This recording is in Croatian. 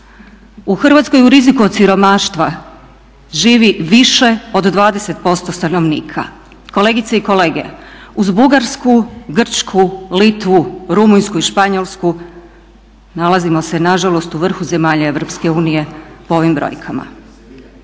U Hrvatskoj u riziku od siromaštva živi više od 20% stanovnika. Kolegice i kolege uz Bugarsku, Grčku, Litvu, Rumunjsku i Španjolsku nalazimo se nažalost u vrhu zemalja EU po ovim brojkama.